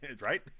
right